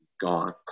gone